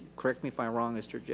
correct me if i'm wrong, mr.